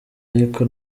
ariko